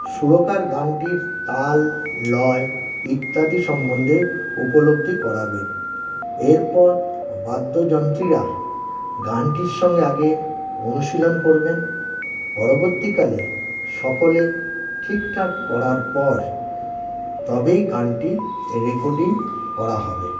সুরকার গানটির তাল লয় ইত্যাদি সম্বন্ধে উপলব্ধি করাবেন এরপর বাদ্যযন্ত্রীরা গানটির সঙ্গে আগে অনুশীলন করবেন পরবর্তীকালে সকলে ঠিকঠাক করার পর তবেই গানটির রেকর্ডিং করা হবে